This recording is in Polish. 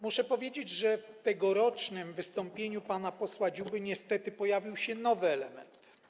Muszę powiedzieć, że w tegorocznym wystąpieniu pana posła Dziuby niestety pojawił się nowy element.